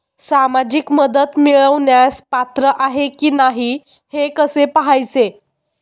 सामाजिक मदत मिळवण्यास पात्र आहे की नाही हे कसे पाहायचे?